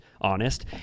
honest